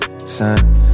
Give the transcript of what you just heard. Son